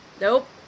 Nope